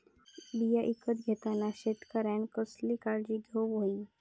बियाणा ईकत घेताना शेतकऱ्यानं कसली काळजी घेऊक होई?